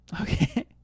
Okay